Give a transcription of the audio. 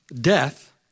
Death